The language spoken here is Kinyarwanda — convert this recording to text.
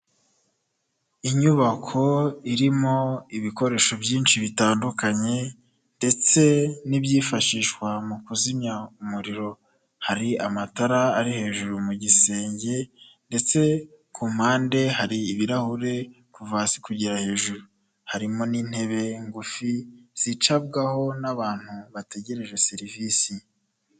Inyubako irimo ibikoresho byinshi bitandukanye, ndetse n'ibyifashishwa mu kuzimya umuriro. Hari amatara ari hejuru mu gisenge, ndetse ku mpande hari ibirahure kuva hasi, kugera hejuru. Harimo n'intebe ngufi, zicabwaho n'abantu bategereje serivisi.